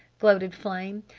gloated flame.